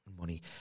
money